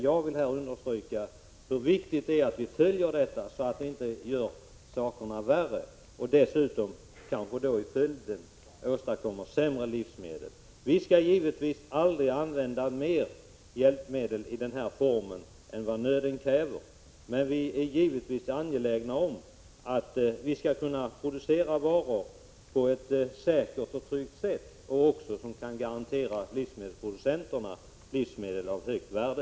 Jag vill understryka hur viktigt det är att följa utvecklingen och se till att vi inte gör förhållandena värre och kanske som en följd åstadkommer sämre livsmedel. Vi skall givetvis aldrig använda mer hjälpmedel av denna typ än vad nöden kräver, men vi är angelägna om att man skall kunna producera varor på ett säkert och tryggt sätt, så att livsmedelskonsumenterna kan garanteras livsmedel av högt värde.